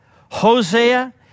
Hosea